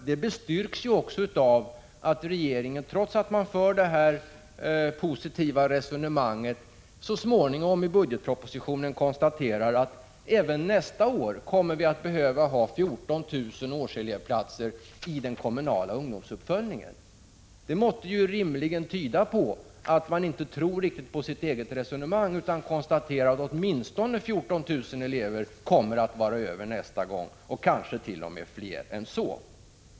Det bestyrks också av att regeringen, trots att man för det här positiva resonemanget, så småningom i budgetpropositionen konstaterar att vi även nästa år kommer att behöva ha 14 000 årselevplatser i den kommunala ungdomsuppföljningen. Det måste rimligen tyda på att man inte riktigt tror på sitt eget resonemang utan konstaterar att åtminstone 14 000 elever kommer att vara över nästa gång, kanske t.o.m. fler än så.